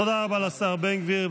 תודה רבה לשר בן גביר.